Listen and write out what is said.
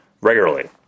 regularly